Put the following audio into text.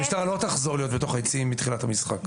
המשטרה לא תחזור להיות בתוך היציעים מתחילת המשחק.